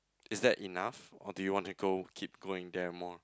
is that enough or do you want to go keep going there more